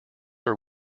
are